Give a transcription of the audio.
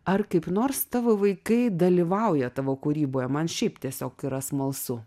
ar kaip nors tavo vaikai dalyvauja tavo kūryboje man šiaip tiesiog yra smalsu